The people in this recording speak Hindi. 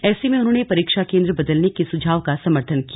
ऐसे में उन्होंने परीक्षा केंद्र बदलने के सुझाव का समर्थन किया